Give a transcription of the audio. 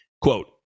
Quote